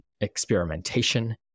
experimentation